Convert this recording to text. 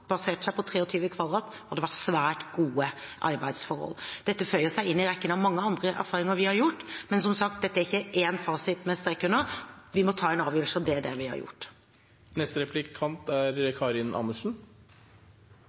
basert seg på 23 m 2 , og det var svært gode arbeidsforhold. Dette føyer seg inn i rekken av mange andre erfaringer vi har gjort, men som sagt er ikke dette en fasit med én strek under. Vi må ta en avgjørelse, og det er det vi har gjort. Når det gjelder arbeidsmiljøet, er